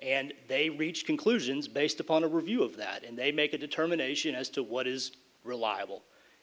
and they reach conclusions based upon a review of that and they make a determination as to what is reliable